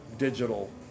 digital